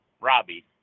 robbie